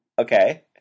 Okay